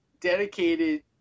dedicated